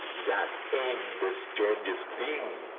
dat am de strangest t'ing,